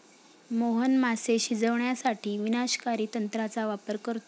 मोहन मासे शिजवण्यासाठी विनाशकारी तंत्राचा वापर करतो